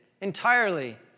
entirely